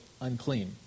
unclean